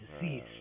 disease